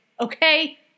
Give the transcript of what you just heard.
Okay